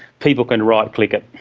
people can right-click it,